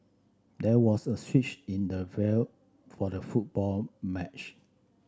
there was a switch in the for the football match